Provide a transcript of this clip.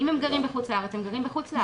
אם הם גרים בחוץ לארץ הם גרים בחוץ לארץ.